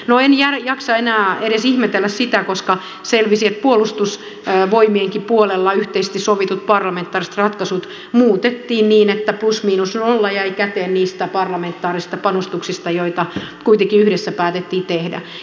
no en jaksa enää edes ihmetellä sitä koska selvisi että puolustusvoimienkin puolella yhteisesti sovitut parlamentaariset ratkaisut muutettiin niin että plus miinus nolla jäi käteen niistä parlamentaarisista panostuksista joita kuitenkin yhdessä päätettiin tehdä